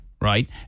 right